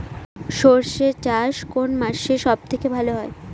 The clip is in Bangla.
সর্ষে চাষ কোন মাসে সব থেকে ভালো হয়?